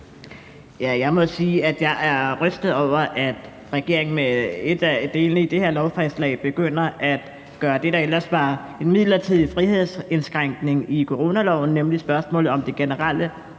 Jeg må sige, at jeg er rystet over, at regeringen med en af delene i det her lovforslag begynder at gøre det, der ellers var midlertidig frihedsindskrænkning i coronaloven, nemlig spørgsmålet om det generelle